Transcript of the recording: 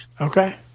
okay